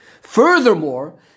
Furthermore